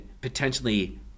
potentially